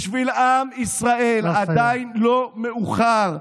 בשביל עם ישראל: עדיין לא מאוחר.